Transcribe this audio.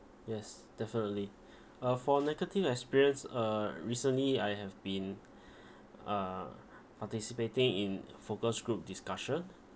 yes definitely uh for negative experience uh recently I have been uh participating in focus group discussion